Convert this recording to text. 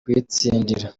kuyitsindira